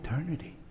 eternity